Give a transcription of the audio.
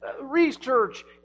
research